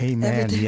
Amen